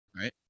right